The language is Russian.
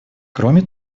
кроме